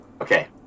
Okay